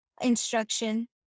instruction